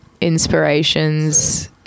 inspirations